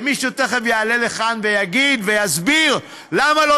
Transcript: ומישהו תכף יעלה לכאן ויגיד ויסביר למה לא